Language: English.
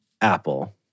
apple